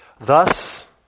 Thus